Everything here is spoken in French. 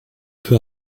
peu